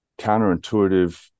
counterintuitive